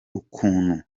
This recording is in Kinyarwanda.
ukuntu